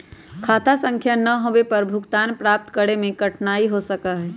खाता संख्या ना होवे पर भुगतान प्राप्त करे में कठिनाई हो सका हई